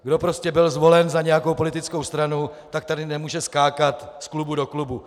Kdo byl zvolen za nějakou politickou stranu, tak tady nemůže skákat z klubu do klubu.